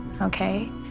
Okay